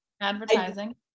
Advertising